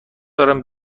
دارم